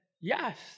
yes